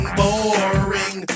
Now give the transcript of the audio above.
boring